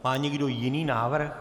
Má někdo jiný návrh?